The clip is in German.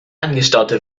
angestaute